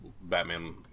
Batman